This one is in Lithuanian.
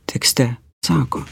tekste sako